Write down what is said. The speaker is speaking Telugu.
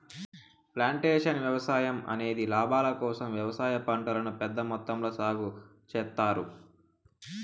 ప్లాంటేషన్ వ్యవసాయం అనేది లాభాల కోసం వ్యవసాయ పంటలను పెద్ద మొత్తంలో సాగు చేత్తారు